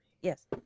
Yes